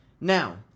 Now